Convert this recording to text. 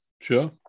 Sure